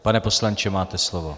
Pane poslanče, máte slovo.